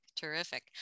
terrific